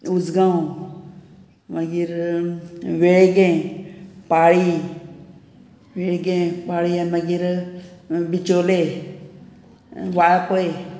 उजगांव मागीर वेळगें पाळी वेळगें पाळी आनी मागीर बिचोले वाळपय